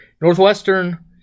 Northwestern